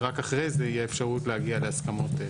ורק אחרי זה תהיה אפשרות להגיע להסכמות,